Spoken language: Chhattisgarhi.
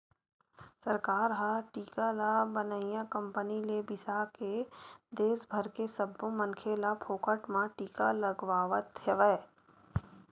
सरकार ह टीका ल बनइया कंपनी ले बिसाके के देस भर के सब्बो मनखे ल फोकट म टीका लगवावत हवय